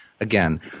again